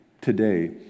Today